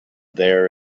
there